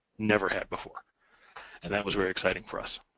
never had before and that was very exciting for us.